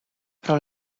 pro